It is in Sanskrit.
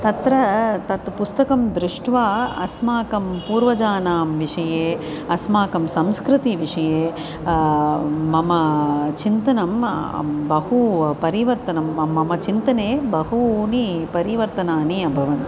तत्र तत् पुस्तकं दृष्ट्वा अस्माकं पूर्वजानां विषये अस्माकं संस्कृतिविषये मम चिन्तनं बहु परिवर्तनं मम मम चिन्तने बहूनि परिवर्तनानि अभवन्